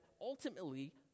ultimately